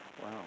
Wow